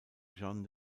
jeanne